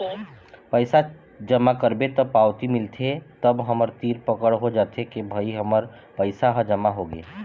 पइसा जमा करबे त पावती मिलथे तब हमर तीर पकड़ हो जाथे के भई हमर पइसा ह जमा होगे